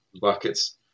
buckets